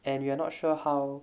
and we're not sure how